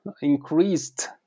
increased